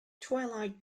twilight